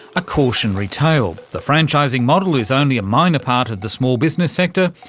a cautionary tale the franchising model is only a minor part of the small business sector,